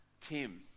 Tim